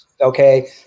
okay